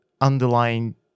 underlying